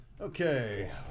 Okay